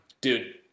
dude